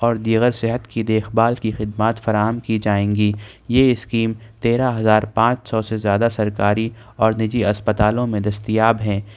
اوردیگر صحت کی دیکھ بھال کی خدمات فراہم کی جائیں گی یہ اسکیم تیرہ ہزار پانچ سو سے زیادہ سرکاری اور نجی اسپتالوں میں دستیاب ہیں